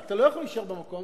רק אתה לא יכול להישאר במקום,